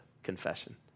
confession